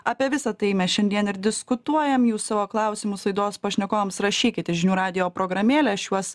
apie visa tai mes šiandien ir diskutuojam jūs savo klausimus laidos pašnekovams rašykit į žinių radijo programėlę aš juos